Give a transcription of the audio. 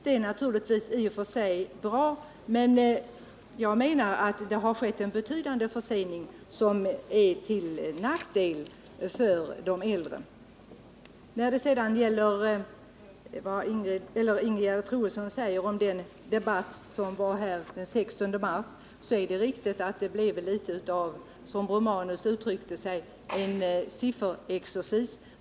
Det är naturligtvis i och för sig bra, men detta har inneburit en betydande försening, som är till nackdel för de äldre. Det är riktigt, som Ingegerd Troedsson säger, att det i den debatt som ägde rum den 16 mars blev litet av en sifferexercis, som Gabriel Romanus uttryckte det.